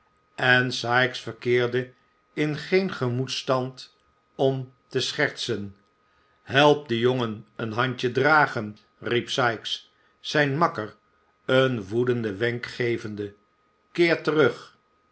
en sikes verkeerde in geen gemoedstand om te schertsen help den jongen een handje dragen riep sikes zijn makker een woedenden wenk gevende keer terug